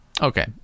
Okay